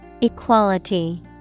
equality